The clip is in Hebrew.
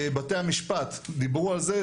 בתי המשפט - דיברו על זה.